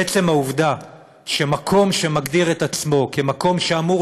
עצם העובדה שמקום שמגדיר את עצמו כמקום שאמור